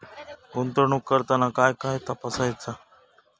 गुंतवणूक करताना काय काय तपासायच?